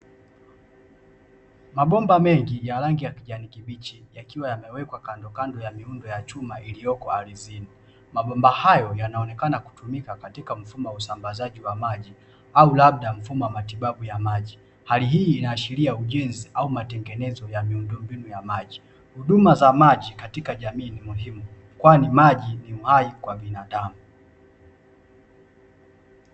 Mabomba mengi ya rangi ya kijani kibichi yakiwa yamewekwa kandokando ya miundo ya chuma iliyoko ardhini. Mabomba hayo yanaonekana kutumika katika mfumo wa usambazaji wa maji au labda mfumo wa matibabu ya maji. Hali hii inaashiria ujenzi au matengenezo ya miundombinu ya maji. Huduma za maji katika jamii ni muhimu, kwani maji ni uhai kwa binadamu.